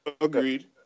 Agreed